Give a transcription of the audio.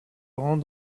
rend